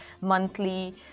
monthly